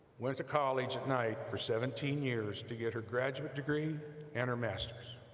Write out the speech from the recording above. went to college at night for seventeen years to get her graduate degree and her masters